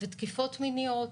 ותקיפות מיניות.